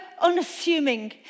unassuming